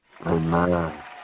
Amen